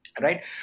right